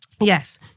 yes